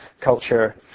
culture